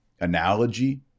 analogy